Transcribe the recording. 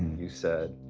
you said,